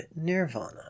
nirvana